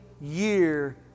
year